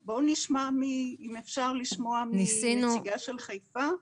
אפשר לשמוע מהנציגה של חיפה?